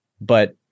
but-